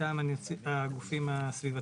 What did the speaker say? מטעם הגופים הסביבתיים.